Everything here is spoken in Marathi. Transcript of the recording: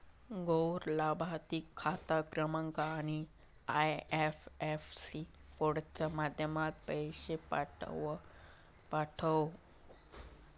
गैर लाभार्थिक खाता क्रमांक आणि आय.एफ.एस.सी कोडच्या माध्यमातना पैशे पाठव